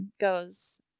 goes